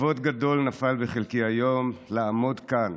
כבוד גדול נפל בחלקי היום לעמוד כאן